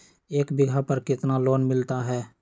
एक बीघा पर कितना लोन मिलता है?